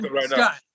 Scott